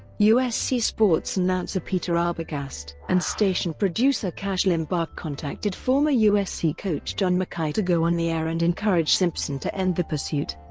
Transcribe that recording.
usc sports announcer peter arbogast and station producer kash limbach contacted former usc coach john mckay to go on the air and encourage simpson to end the pursuit.